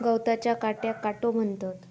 गवताच्या काट्याक काटो म्हणतत